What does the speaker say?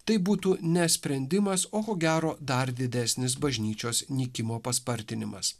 tai būtų ne sprendimas o ko gero dar didesnis bažnyčios nykimo paspartinimas